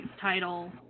title